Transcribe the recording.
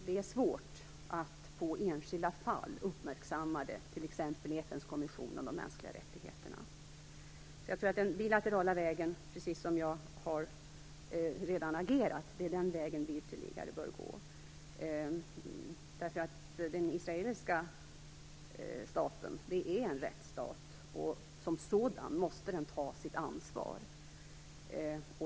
Det är svårt att få enskilda fall uppmärksammade i t.ex. FN:s kommission om de mänskliga rättigheterna. Jag tror alltså att den bilaterala vägen är den väg som vi bör gå i fortsättningen. Det är också på det sättet som vi redan har agerat. Den israeliska staten är nämligen en rättsstat. Som sådan måste den ta sitt ansvar.